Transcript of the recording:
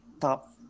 top